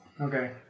Okay